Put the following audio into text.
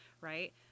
Right